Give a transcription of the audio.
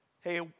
Hey